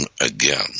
again